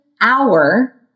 hour